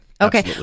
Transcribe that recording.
Okay